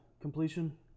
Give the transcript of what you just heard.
completion